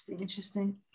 interesting